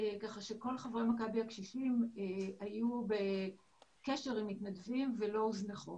כך שכל חברי מכבי הקשישים היו בקשר עם מתנדבים ולא הוזנחו.